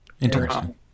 Interesting